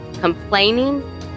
Complaining